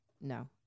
no